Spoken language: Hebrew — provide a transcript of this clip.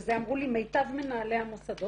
וזה אמרו לי מיטב מנהלי המוסדות,